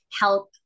help